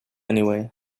anyway